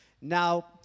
Now